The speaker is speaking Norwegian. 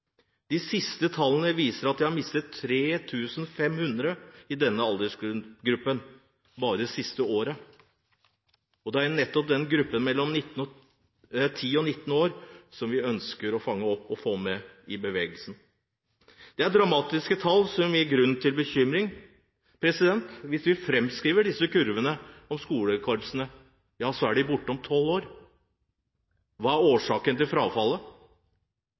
De siste tallene viser at de har mistet 3 500 i denne aldersgruppen bare det siste året. Det er nettopp gruppen mellom 10 og 19 år som vi ønsker å fange opp og få med i bevegelsen. Dette er dramatiske tall som gir grunn til bekymring. Hvis vi framskriver disse kurvene for skolekorpsene, så er korpsene borte om tolv år. Hva er årsaken til frafallet?